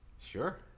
Sure